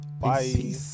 Bye